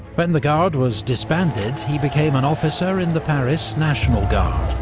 when the guard was disbanded, he became an officer in the paris national guard,